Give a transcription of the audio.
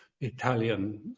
Italian